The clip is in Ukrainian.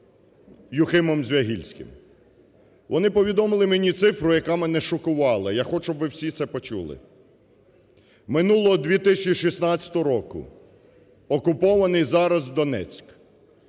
Юхимом Звягільським. Вони повідомили мені цифру, яка мене шокувала. Я хочу, щоб ви всі це почули. Минулого 2016 року окупований зараз Донець